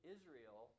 Israel